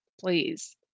please